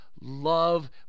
love